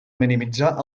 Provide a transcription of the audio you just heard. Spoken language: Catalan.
minimitzar